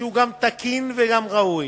שהוא גם תקין וגם ראוי.